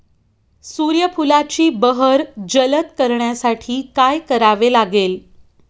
सूर्यफुलाची बहर जलद करण्यासाठी काय करावे लागेल?